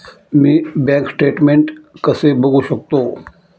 मी bank statement कसे बघू शकतो?